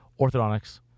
orthodontics